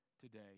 today